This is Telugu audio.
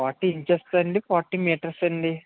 ఫార్టీ ఇంచెస్ దాండి ఫార్టీ మీటర్స్ అండి